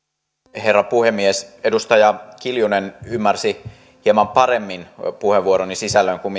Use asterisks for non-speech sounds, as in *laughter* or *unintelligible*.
herra puhemies edustaja kiljunen ymmärsi hieman paremmin puheenvuoroni sisällön kuin *unintelligible*